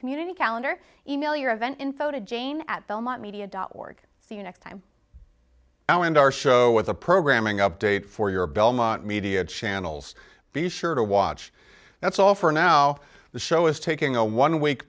community calendar email your event info to jane at belmont media dot org see you next time and we end our show with a programming update for your belmont media channels be sure to watch that's all for now the show is taking a one week